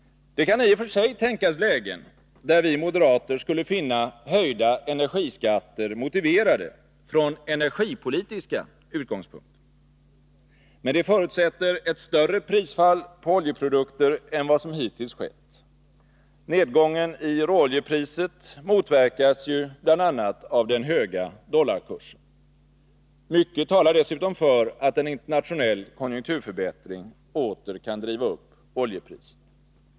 Det kan i och för sig tänkas lägen, där vi moderater skulle finna höjda energiskatter motiverade från energipolitiska utgångspunkter. Men det förutsätter ett större prisfall på oljeprodukter än vad som hittills skett. Nedgången i råoljepriset motverkas ju bl.a. av den höga dollarkursen. Mycket talar dessutom för att en internationell konjunkturförbättring åter kan driva upp oljepriset.